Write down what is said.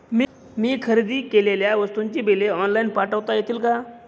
मी खरेदी केलेल्या वस्तूंची बिले ऑनलाइन पाठवता येतील का?